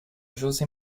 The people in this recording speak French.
josé